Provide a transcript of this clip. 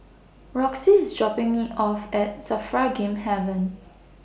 Roxie IS dropping Me off At SAFRA Game Haven